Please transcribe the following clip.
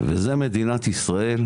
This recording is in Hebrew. זה מדינת ישראל,